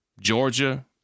Georgia